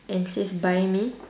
and it says buy me